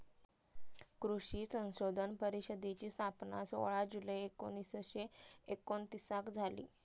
कृषी संशोधन परिषदेची स्थापना सोळा जुलै एकोणीसशे एकोणतीसाक झाली